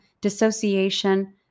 dissociation